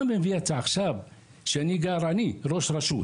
מה מביא --- עכשיו שאני, ראש רשות